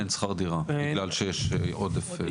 אין שכר דירה בגלל שיש עודף.